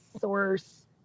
source